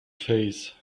face